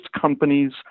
companies